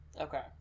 Okay